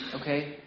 Okay